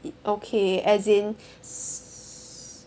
it's okay as in s~